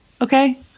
okay